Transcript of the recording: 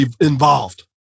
involved